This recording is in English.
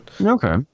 okay